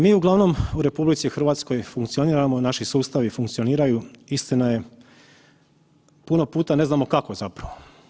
Mi uglavnom u RH funkcioniramo, naši sustavi funkcioniraju istina je puno puta ne znamo kako zapravo.